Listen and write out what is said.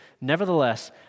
...nevertheless